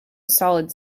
solid